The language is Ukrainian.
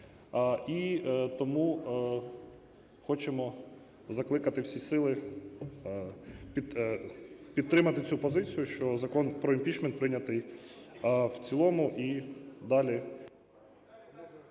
І тому хочемо закликати всі сили підтримати цю позицію, що Закон про імпічмент прийнятий в цілому і далі…